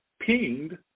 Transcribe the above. pinged